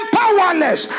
powerless